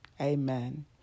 Amen